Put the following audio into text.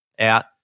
out